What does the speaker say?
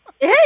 Hey